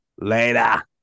Later